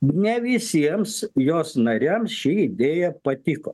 ne visiems jos nariams ši idėja patiko